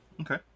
Okay